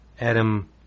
Adam